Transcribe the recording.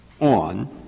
on